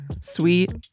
sweet